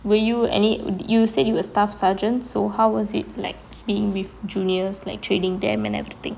will you any did you said you a staff sergeant so how was it like being with juniors like training them and everything